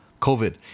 COVID